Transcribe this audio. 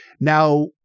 now